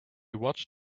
watched